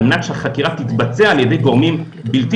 על מנת שהחקירה תתבצע על ידי גורמים בלתי